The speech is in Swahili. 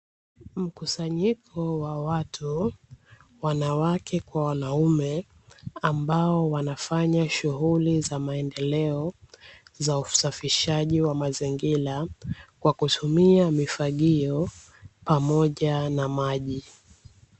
Mkusanyiko wa watu, wanawake kwa wanaume ambao wanafanya shughuli za maendeleo za usafishaji wa mazingira kwa kutumia mifagio pamoja na maji.